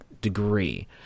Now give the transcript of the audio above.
degree